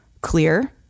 clear